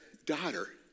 daughter